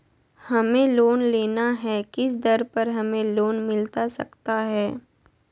हमें लोन लेना है किस दर पर हमें लोन मिलता सकता है?